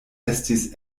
estis